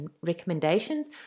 recommendations